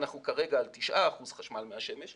כרגע אנחנו על תשעה אחוזי חשמל מהשמש,